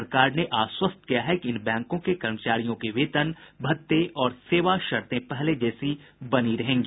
सरकार ने आश्वस्त किया है कि इन बैंकों के कर्मचारियों के वेतन भत्ते और सेवा शर्तें पहले जैसी ही बनी रहेंगी